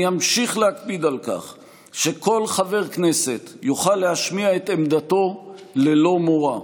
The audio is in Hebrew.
אני אמשיך להקפיד על כך שכל חבר כנסת יוכל להשמיע את עמדתו ללא מורא.